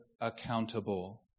accountable